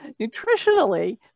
Nutritionally